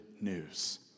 news